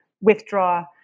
withdraw